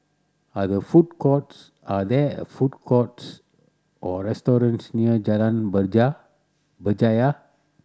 are there food courts are there food courts or restaurants near Jalan Berja Berjaya